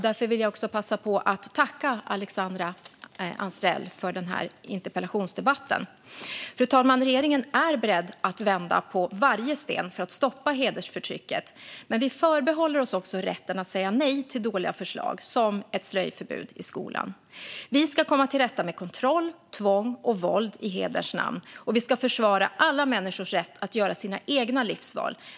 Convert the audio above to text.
Därför vill jag passa på och tacka Alexandra Anstrell för den här interpellationsdebatten. Fru talman! Regeringen är beredd att vända på varje sten för att stoppa hedersförtrycket. Men vi förbehåller oss också rätten att säga nej till dåliga förslag, som ett slöjförbud i skolan. Vi ska komma till rätta med kontroll, tvång och våld i hederns namn. Och vi ska försvara alla människors rätt att göra sina egna livsval.